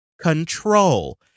control